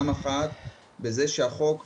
כך שבאמת יש הקפדה- -- זה ניסיתי להבין